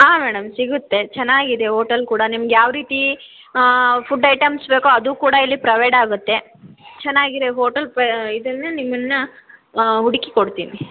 ಹಾಂ ಮೇಡಮ್ ಸಿಗುತ್ತೆ ಚೆನ್ನಾಗಿದೆ ಓಟೆಲ್ ಕೂಡ ನಿಮ್ಗೆ ಯಾವ ರೀತಿ ಫುಡ್ ಐಟೆಮ್ಸ್ ಬೇಕೋ ಅದೂ ಕೂಡ ಇಲ್ಲಿ ಪ್ರವೈಡ್ ಆಗುತ್ತೆ ಚೆನ್ನಾಗಿರೋ ಹೋಟೆಲ್ ಇದನ್ನು ನಿಮ್ಮನ್ನು ಹುಡುಕಿ ಕೊಡ್ತೀನಿ